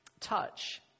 Touch